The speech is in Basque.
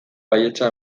baietza